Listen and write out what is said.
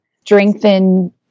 strengthen